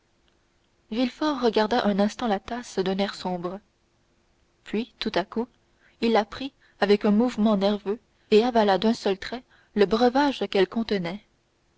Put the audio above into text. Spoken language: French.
villefort regarda un instant la tasse d'un air sombre puis tout à coup il la prit avec un mouvement nerveux et avala d'un seul trait le breuvage qu'elle contenait